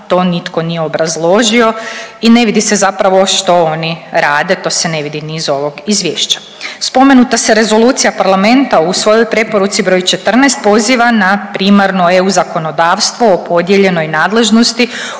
to nitko nije obrazložio i ne vidi se zapravo što oni rade, to se ne vidi ni iz ovog izvješća. Spomenuta se Rezolucija parlamenta u svojoj preporuci broj 14 poziva na primarno EU zakonodavstvo o podijeljenoj nadležnosti